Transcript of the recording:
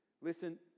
Listen